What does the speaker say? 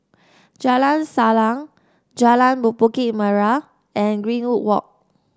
Jalan Salang Jalan Bukit Merah and Greenwood Walk